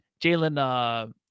Jalen